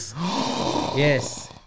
Yes